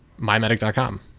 mymedic.com